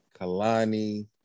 Kalani